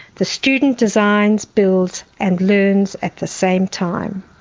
the student designs, builds and learns at the same time.